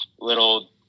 little